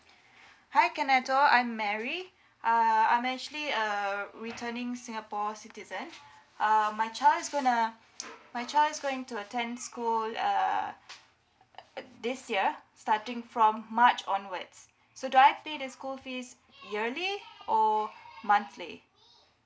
hi cornetto I'm mary uh I'm actually uh returning singapore citizen uh my child is gonna my child is going to attend school uh this year starting from march onwards so do I pay the school fees yearly or monthly